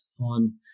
on